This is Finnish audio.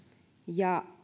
ja